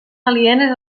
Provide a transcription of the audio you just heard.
alienes